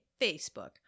facebook